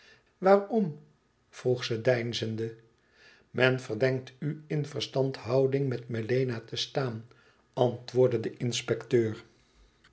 waarom vroeg ze deinzende men verdenkt u in verstandhouding met melena te staan antwoordde de inspecteur